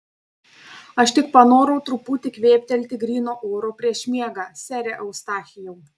aš tik panorau truputį kvėptelti gryno oro prieš miegą sere eustachijau